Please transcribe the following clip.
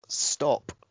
stop